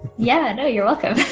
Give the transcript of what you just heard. yeah and you're welcome.